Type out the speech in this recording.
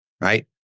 right